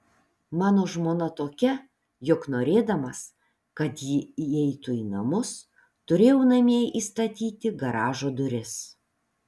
mano žmona tokia jog norėdamas kad ji įeitų į namus turėjau namie įstatyti garažo duris